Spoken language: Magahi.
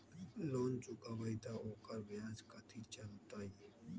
लोन चुकबई त ओकर ब्याज कथि चलतई?